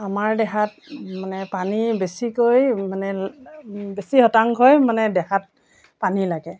আমাৰ দেহাত মানে পানী বেছিকৈ মানে বেছি শতাংশই মানে দেহাত পানী লাগে